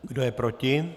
Kdo je proti?